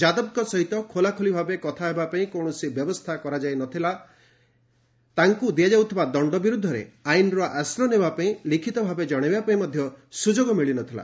ଯାଦବଙ୍କ ସହିତ ଖୋଲା ଖୋଲି ଭାବେ କଥା ହେବା ପାଇଁ କୌଣସି ବ୍ୟବସ୍ଥା କରାଯାଇ ନ ଥିଲା ଏବଂ ତାଙ୍କୁ ଦିଆଯାଉଥିବା ଦଣ୍ଡ ବିରୁଦ୍ଧରେ ଆଇନ୍ର ଆଶ୍ରୟ ନେବା ପାଇଁ ଲିଖିତ ଭାବେ ଜଣାଇବା ପାଇଁ ମଧ୍ୟ ସୁଯୋଗ ମିଳିନଥିଲା